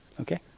Okay